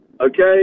okay